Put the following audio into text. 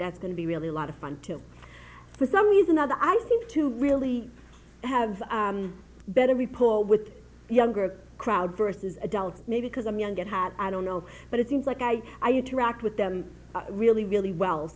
that's going to be really a lot of fun too for some reason i seem to really have a better report with younger crowd versus adult maybe because i'm young and had i don't know but it seems like i i interact with them really really well